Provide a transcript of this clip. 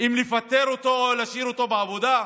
אם לפטר אותו או להשאיר אותו בעבודה?